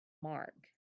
mark